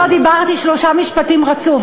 לא דיברתי שלושה משפטים רצוף,